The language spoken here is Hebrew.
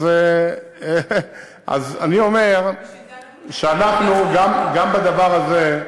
אז אני אומר שאנחנו, גם בדבר הזה,